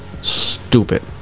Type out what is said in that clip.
Stupid